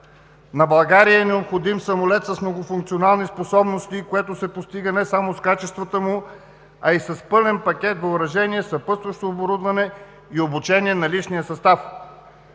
„На България ѝ е необходим самолет с многофункционални способности, което се постига не само с качествата му, а и с пълен пакет въоръжение, съпътстващо оборудване и обучение на личния състав.“